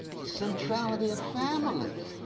the centrality of families.